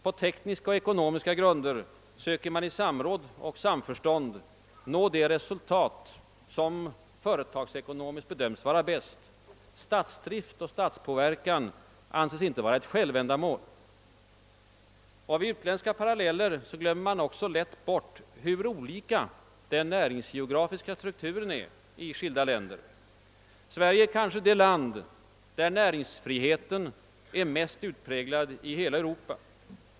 På tekniska och ekonomiska grunder söker man i samråd och samförstånd nå de resultat som företagsekonomiskt bedöms va ra bäst. Statsdrift och statspåverkan anses inte vara självändamål. Vid utländska paralleller glöms också lätt bort, hur olika den näringsgeografiska strukturen är i skilda länder. Sverige är kanske det land, där näringsfriheten är mest utpräglad i hela Europa.